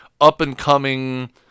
up-and-coming